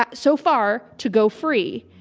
ah so far, to go free.